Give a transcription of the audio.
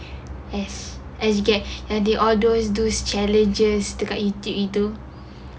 yes they all do those challenges tukar inti itu